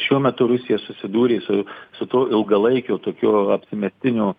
šiuo metu rusija susidūrė su su tuo ilgalaikio tokio apsimestinio